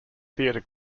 theatre